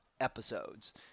episodes